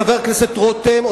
חבר הכנסת רותם,